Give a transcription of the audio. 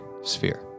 sphere